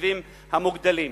ובתקציבים המוגדלים.